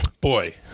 boy